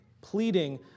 pleading